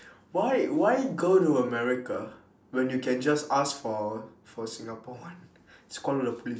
why why go to america when you can just ask for for singapore one just call the police